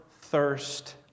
thirst